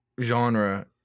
genre